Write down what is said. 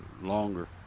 longer